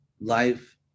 life